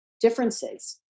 differences